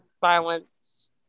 violence